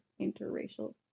interracial